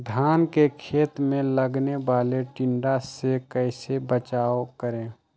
धान के खेत मे लगने वाले टिड्डा से कैसे बचाओ करें?